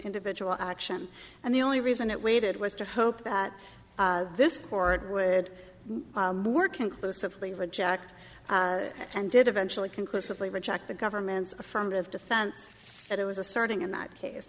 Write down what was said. individual action and the only reason it waited was to hope that this court would more conclusively reject and did eventually conclusively reject the government's affirmative defense that it was asserting in that case